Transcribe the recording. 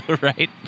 right